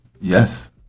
Yes